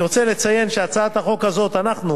אני רוצה לציין שהצעת החוק הזאת, אנחנו